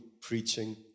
preaching